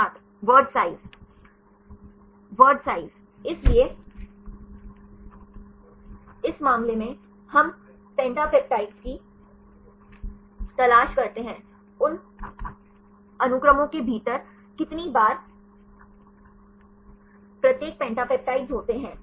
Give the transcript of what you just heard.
छात्र word size word size इसलिए इस मामले में हम पेंटापेपाइड्स की तलाश करते हैं उन अनुक्रमों के भीतर कितनी बार प्रत्येक पेंटापेपाइड्स होते हैं